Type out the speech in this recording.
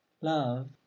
love